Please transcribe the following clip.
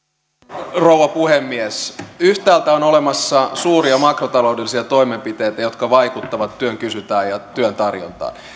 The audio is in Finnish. arvoisa rouva puhemies yhtäältä on olemassa suuria makrotaloudellisia toimenpiteitä jotka vaikuttavat työn kysyntään ja työn tarjontaan